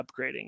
upgrading